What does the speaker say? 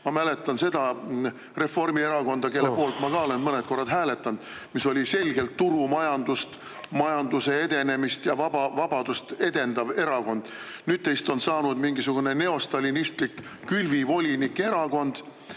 Ma mäletan seda Reformierakonda (Jürgen Ligi ohkab.), kelle poolt ma olen ka mõned korrad hääletanud, mis oli selgelt turumajandust, majanduse edenemist ja vabadust edendav erakond. Nüüd teist on saanud mingisugune neostalinistlik külvivolinike erakond